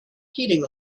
heating